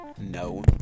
no